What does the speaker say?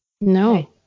No